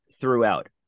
throughout